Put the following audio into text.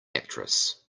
actress